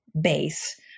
base